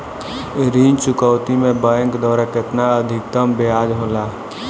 ऋण चुकौती में बैंक द्वारा केतना अधीक्तम ब्याज होला?